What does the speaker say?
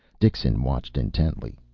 dixon watched intently.